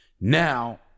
Now